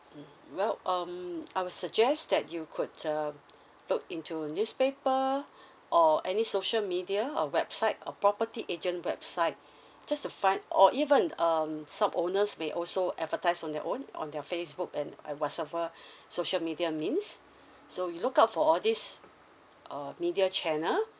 mm well um I will suggest that you could um look into newspaper or any social media or website or property agent website just to find or even um some owners may also advertise on their own on their facebook and uh whatsever social media means so you look out for all these uh media channel